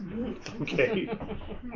Okay